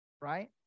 right